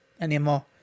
anymore